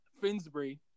Finsbury